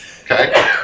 Okay